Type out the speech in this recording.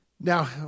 Now